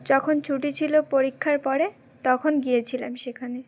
যখন ছুটি ছিল পরীক্ষার পরে তখন গিয়েছিলাম সেখানে